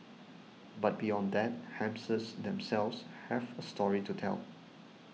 but beyond that hamsters themselves have a story to tell